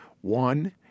one